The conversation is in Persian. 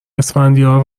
اسفندیار